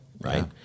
right